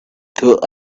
thought